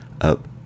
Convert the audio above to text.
up